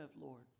Lord